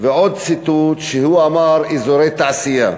ועוד ציטוט, הוא אמר: אזורי תעשייה.